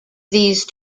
these